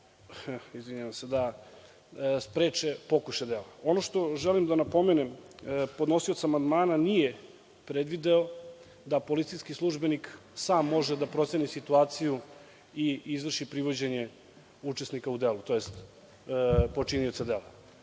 do toga da spreče pokušaj dela. Ono što želim da napomenem, podnosilac amandmana nije predvideo da policijski službenik sam može da proceni situaciju i izvrši privođenje učesnika u delu, tj. počinioca dela